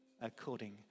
according